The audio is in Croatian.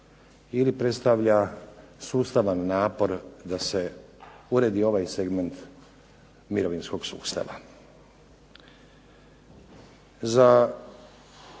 ili predstavlja sustavan napor da se uredi ovaj segment mirovinskog sustava.